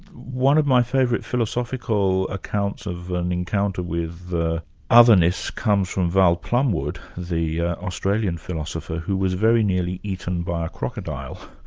one of my favourite philosophical accounts of an encounter with otherness comes from val plumwood, the australian philosopher who was very nearly eaten by a crocodile,